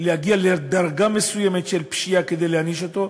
להגיע לדרגה מסוימת של פשיעה כדי להעניש אותו,